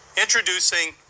Introducing